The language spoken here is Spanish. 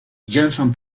johnson